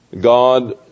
God